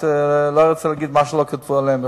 לא רוצה להגיד מה לא כתבו עליהם.